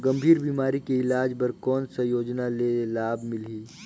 गंभीर बीमारी के इलाज बर कौन सा योजना ले लाभ मिलही?